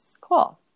Cool